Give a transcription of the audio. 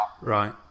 right